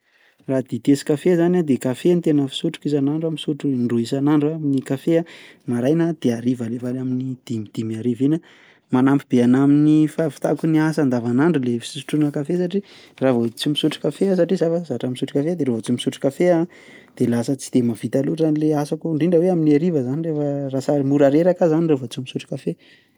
Raha dite sy kafe zany a de kafe no tena fisotroko isan'andro aho misotro indroa isan'andro aho ny kafe a, maraina de harivariva any amin'ny dimidimy hariva iny a, manampy be anahy amin'ny fahavitako ny asa andavanandro le fisotroana kafe satria raha vao tsy misotro kafe aho satria za fa zatra misotro kafe de raha vao tsy misotro kafe aho a de lasa tsy de mahavita loatra an'le asako indrindra hoe amin'ny hariva zany rehefa lasa mora reraka aho zany re vao tsy misotro kafe.